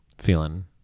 feeling